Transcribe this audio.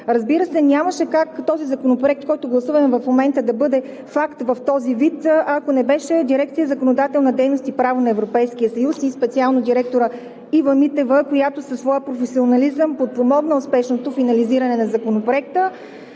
Разбира се, нямаше как този законопроект, който гласуваме в момента, да бъде факт в този вид, ако не беше дирекция „Законодателна дейност и право на Европейския съюз“ и специално директорът Ива Митева, която със своя професионализъм подпомогна успешното финализиране на Законопроекта.